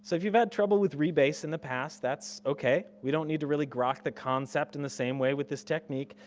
so if you've had trouble with rebase in the past, that's okay. we don't need to really grock the concept in the in same way with this technique.